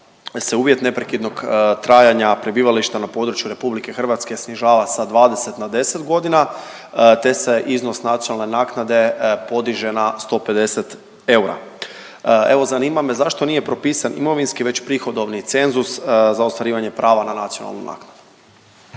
se uvjet neprekidnog trajanja prebivališta na području RH snižava sa 20 na 10 godina te se iznos nacionalne naknade podiže na 150 eura. Evo, zanima me zašto nije propisan imovinski već prihodovni cenzus za ostvarivanje prava na nacionalnu naknadu?